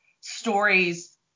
stories